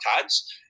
Tads